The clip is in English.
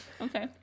Okay